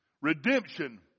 Redemption